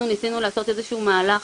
אנחנו ניסינו לעשות איזה שהוא מהלך